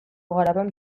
garapen